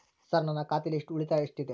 Sir ನನ್ನ ಖಾತೆಯಲ್ಲಿ ಎಷ್ಟು ಉಳಿತಾಯ ಇದೆ?